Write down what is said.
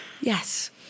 Yes